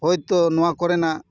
ᱦᱳᱭᱛᱚ ᱱᱚᱣᱟ ᱠᱚᱨᱮᱱᱟᱜ